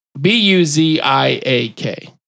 B-U-Z-I-A-K